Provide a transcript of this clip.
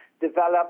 develop